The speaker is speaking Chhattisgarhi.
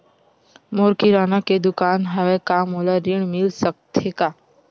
मोर किराना के दुकान हवय का मोला ऋण मिल सकथे का?